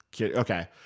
okay